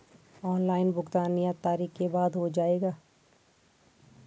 Online भुगतान नियत तारीख के बाद हो जाएगा?